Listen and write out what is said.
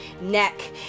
neck